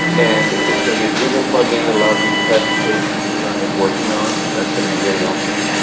and it's going to be a drupal plugin that allows you to test a page that you're currently working on. that's going to be really awesome.